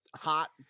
hot